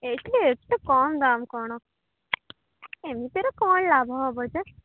ଏଇଠି ଏତେ କମ୍ ଦାମ୍ କ'ଣ ଏମିତିର କ'ଣ ଲାଭ ହେବ ଯେ